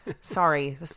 Sorry